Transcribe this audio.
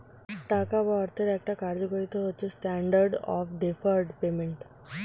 টাকা বা অর্থের একটা কার্যকারিতা হচ্ছে স্ট্যান্ডার্ড অফ ডেফার্ড পেমেন্ট